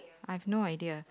I've no idea